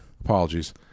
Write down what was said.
Apologies